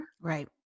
Right